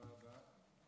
תודה רבה.